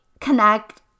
connect